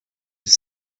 have